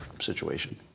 situation